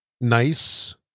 nice